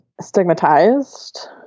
stigmatized